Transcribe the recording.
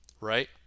right